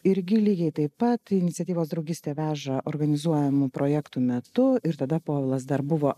irgi lygiai taip pat iniciatyvos draugystė veža organizuojamų projektų metu ir tada povilas dar buvo